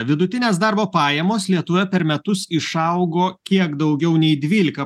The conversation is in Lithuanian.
vidutinės darbo pajamos lietuvoje per metus išaugo kiek daugiau nei dvylika